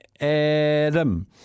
Adam